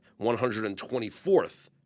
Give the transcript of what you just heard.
124th